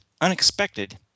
Unexpected